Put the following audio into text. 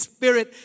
Spirit